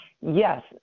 Yes